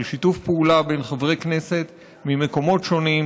שיתוף פעולה בין חברי כנסת ממקומות שונים,